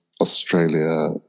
Australia